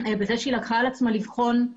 בזה שהיא לקחה על עצמה לבחון את